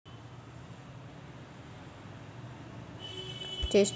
चेस्टनटचे उत्पादन थंड हवामानात जास्त होते